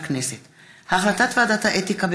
החלטות ועדת האתיקה,